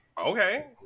Okay